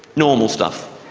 normal stuff